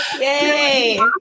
Yay